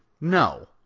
no